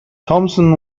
thompson